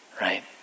right